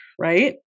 right